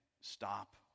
stop